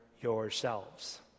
yourselves